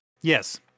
Yes